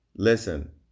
Listen